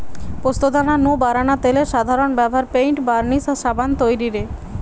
পোস্তদানা নু বারানা তেলের সাধারন ব্যভার পেইন্ট, বার্নিশ আর সাবান তৈরিরে